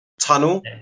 tunnel